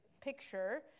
picture